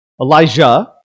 Elijah